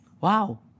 Wow